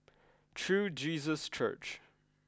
True Jesus Church